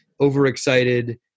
overexcited